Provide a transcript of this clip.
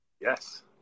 Yes